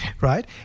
Right